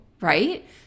Right